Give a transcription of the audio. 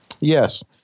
Yes